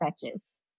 fetches